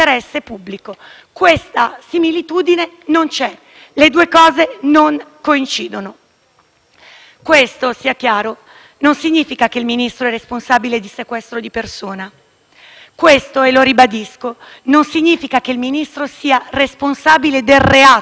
Questo, sia chiaro, non significa che il Ministro sia responsabile di sequestro di persona. Questo - e lo ribadisco - non significa che il Ministro sia responsabile del reato di sequestro di persona. Nessuno di noi è tenuto qui a dirlo, ad accusare e a saperlo.